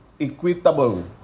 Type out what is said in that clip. equitable